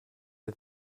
der